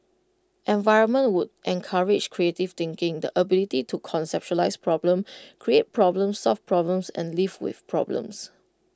environment would encourage creative thinking the ability to conceptualise problems create problems solve problems and live with problems